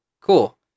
cool